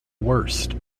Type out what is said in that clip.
worst